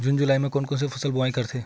जून जुलाई म कोन कौन से फसल ल बोआई करथे?